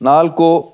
ನಾಲ್ಕು